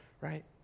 right